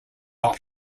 not